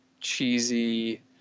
cheesy